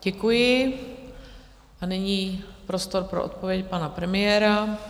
Děkuji a nyní prostor pro odpověď pana premiéra.